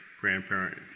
grandparent